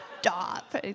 Stop